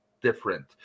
different